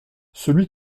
celui